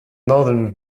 northern